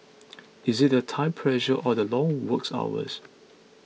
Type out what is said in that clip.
is it the time pressure or the long works hours